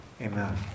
Amen